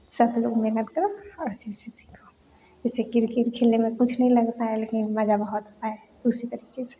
सब लोग मेहनत करो और अच्छे से सीखो जैसे किरकेट खेलने में कुछ नहीं लगता है लेकिन मज़ा बहुत आया उसी तरीक़े से